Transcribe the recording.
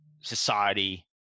society